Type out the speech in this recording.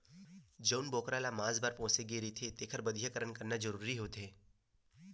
जउन बोकरा ल मांस बर पोसे गे रहिथे तेखर बधियाकरन करना जरूरी होथे